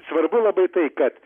svarbu labai tai kad